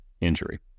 injury